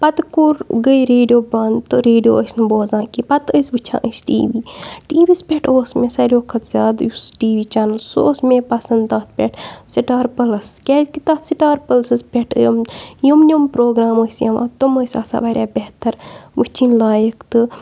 پَتہٕ کوٚر گٔے ریڈیو بَنٛد تہٕ ریڈیو ٲسۍ نہٕ بوزان کینٛہہ پَتہٕ ٲسۍ وٕچھان أسۍ ٹی وی ٹی وی یَس پٮ۪ٹھ اوس مےٚ ساروی کھۄتہٕ زیادٕ یُس ٹی وی چَنَل سُہ اوس مےٚ پَسَنٛد تَتھ پٮ۪ٹھ سِٹار پٕلَس کیٛازِکہِ تَتھ سِٹار پٕلسَس پٮ۪ٹھ یِم یِم نِم پروگرام ٲسۍ یِوان تم ٲسۍ آسان واریاہ بہتَر وٕچھِنۍ لایق تہٕ